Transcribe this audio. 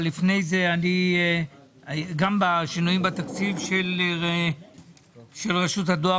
נדון גם בשינויים בתקציב של רשות הדואר,